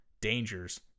dangers